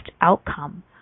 outcome